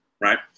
right